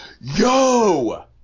Yo